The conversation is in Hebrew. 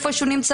איפה שהוא נמצא,